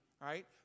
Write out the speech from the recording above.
right